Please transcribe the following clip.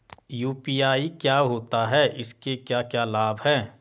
UPI क्या होता है इसके क्या क्या लाभ हैं?